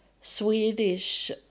Swedish